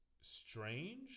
strange